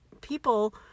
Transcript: people